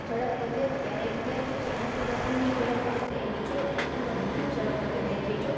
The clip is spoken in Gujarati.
ઝડપ વધે ત્યારે એક ગેર પછી એનાથી વધુ ઝડપ વધે ત્યાં બીજો એનાથી વધુ ઝડપ વધે ત્યાં ત્રીજો